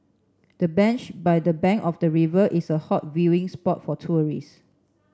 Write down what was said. the bench by the bank of the river is a hot viewing spot for tourist